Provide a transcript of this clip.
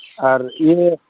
ᱟᱨ ᱤᱭᱟᱹ